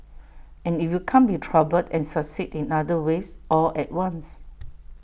and if you can't be troubled and succeed in other ways all at once